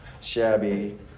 shabby